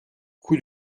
coup